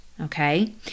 okay